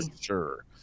Sure